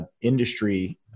industry